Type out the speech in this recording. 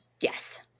Yes